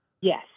Yes